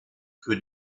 für